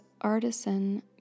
Artisan